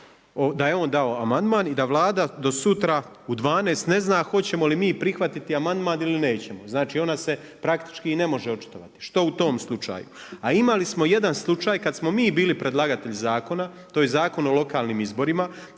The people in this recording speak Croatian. da je on dao amandman i da Vlada do sutra u 12 ne zna hoćemo li mi prihvatiti amandman ili nećemo? Znači, ona se praktički ne može očitovati. Što u tom slučaju? A imali smo jedan slučaj kad smo mi bili predlagatelji zakona, to je Zakon o lokalnim izborima,